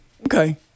Okay